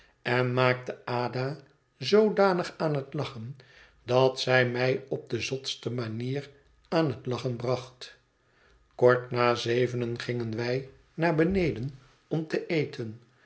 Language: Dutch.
en maakte ada zoodanig aan het lachen dat zij mij op de zotste manier aan het lachen bracht kort na zevenen gingen wij naar beneden om te eten